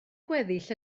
gweddill